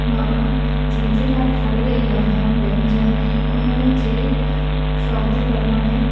मां जंहिंजे लाइ ठाहे रही आहियां व्यंजन हुन जे स्वाद प्रमाणे